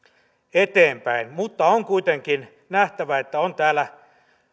eteenpäin mutta on kuitenkin nähtävä että on täällä